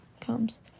comes